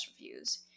reviews